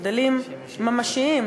הבדלים ממשיים,